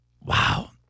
Wow